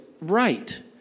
right